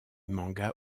manga